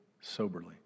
soberly